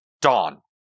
dawn